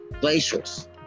Glaciers